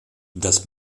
das